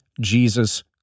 Jesus